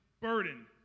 burden